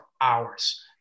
hours